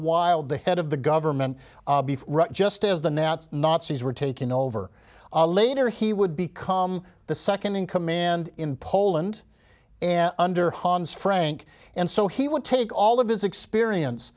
while the head of the government just as the nats nazis were taking over later he would become the second in command in poland and under hans frank and so he would take all of his experience